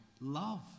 love